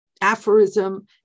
aphorism